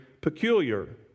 peculiar